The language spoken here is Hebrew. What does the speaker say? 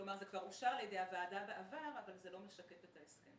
בעבר זה אושר על ידי הוועדה אבל זה לא משקף את ההסכם.